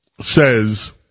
says